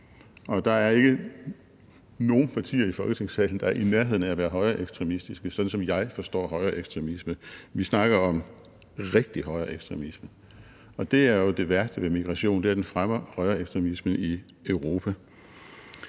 Der er ikke nogen partier i Folketingssalen, der er i nærheden af at være højreekstremistiske, sådan som jeg forstår højreekstremisme, for vi snakker om rigtig højreekstremisme. Og det er det værste ved migration, nemlig at den fremmer højreekstremisme i Europa.